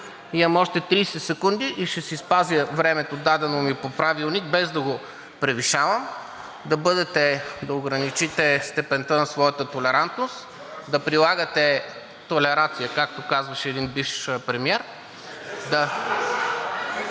имам още 30 секунди и ще си спазя времето, дадено ми по Правилник, без да го превишавам, да ограничите степента на своята толерантност, да прилагате „толерация“, както казваше един бивш премиер.